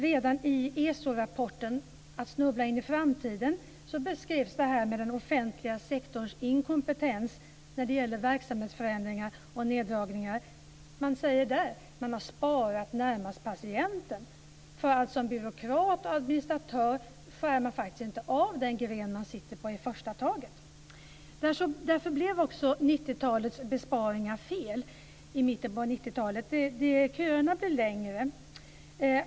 Redan i ESO rapporten Att snubbla in i framtiden beskrevs den offentliga sektorns inkompetens när det gäller verksamhetsförändringar och neddragningar. Man säger där att det har sparats närmast patienten. Som byråkrat och administratör skär man nämligen inte i första taget av den gren som man sitter på. Därför blev också besparingarna i mitten på 1990 talet fel. Köerna blev längre.